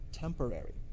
temporary